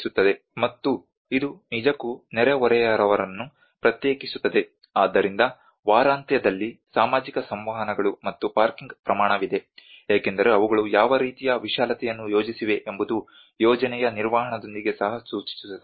ಮತ್ತು ಇದು ನಿಜಕ್ಕೂ ನೆರೆಹೊರೆಯವರನ್ನು ಪ್ರತ್ಯೇಕಿಸುತ್ತದೆ ಆದ್ದರಿಂದ ವಾರಾಂತ್ಯದಲ್ಲಿ ಸಾಮಾಜಿಕ ಸಂವಹನಗಳು ಮತ್ತು ಪಾರ್ಕಿಂಗ್ ಪ್ರಮಾಣವಿದೆ ಏಕೆಂದರೆ ಅವುಗಳು ಯಾವ ರೀತಿಯ ವಿಶಾಲತೆಯನ್ನು ಯೋಜಿಸಿವೆ ಎಂಬುದು ಯೋಜನೆಯ ನಿರ್ವಹಣೆಯೊಂದಿಗೆ ಸಹ ಸೂಚಿಸುತ್ತದೆ